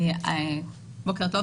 בוקר טוב.